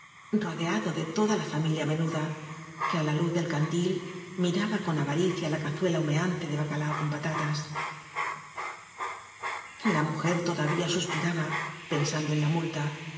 rodeado de toda la familia menuda que á la luz del candil miraba con avaricia la cazuela humeante de bacalao con patatas la mujer todavía suspiraba pensando en la multa